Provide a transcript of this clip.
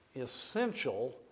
essential